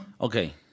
Okay